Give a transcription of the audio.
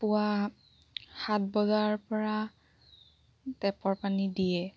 পুৱা সাত বজাৰ পৰা টেপৰ পানী দিয়ে